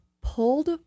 pulled